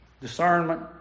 discernment